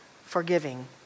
forgiving